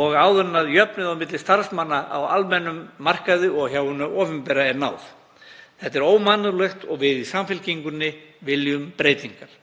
og áður en jöfnuði á milli starfsmanna á almennum markaði og hjá hinu opinbera er náð. Þetta er ómannúðlegt og við í Samfylkingunni viljum breytingar.